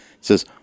says